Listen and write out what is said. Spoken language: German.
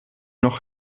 noch